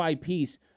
piece